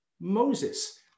Moses